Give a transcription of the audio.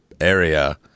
area